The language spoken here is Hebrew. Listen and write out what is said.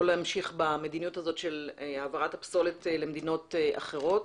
להמשיך במדיניות הזאת של העברת הפסולת למדינות אחרות